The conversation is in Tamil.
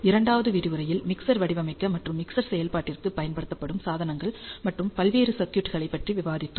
இரண்டாவது விரிவுரையில் மிக்சர் வடிவமைக்க மற்றும் மிக்சர் செயல்பாட்டிற்குப் பயன்படுத்தப்படும் சாதனங்கள் மற்றும் பல்வேறு சர்க்யூட்கள் பற்றி விவாதித்தோம்